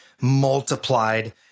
multiplied